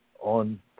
on